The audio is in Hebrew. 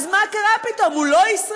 אז מה קרה פתאום, הוא לא ישראלי?